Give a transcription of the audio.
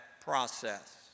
process